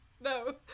No